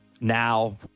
now